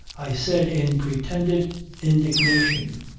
i said in pretended indignation.